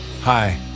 Hi